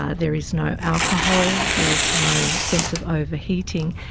ah there is no alcohol, there's no sense of overheating,